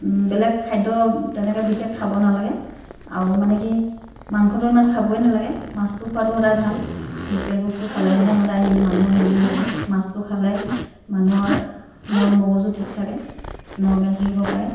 বেলেগ খাদ্য তেনেকৈ বিশেষ খাব নালাগে আৰু মানে কি মাংসটো ইমান খাবই নালাগে মাছটো খোৱাটো সদায় ভাল লোকেল বস্তু খালে মানে সদায় মানুহ হেল্ডি হৈ থাকে মাছটো খালে মানুহৰ মন মগজু ঠিক থাকে নৰ্মেল থাকিব পাৰে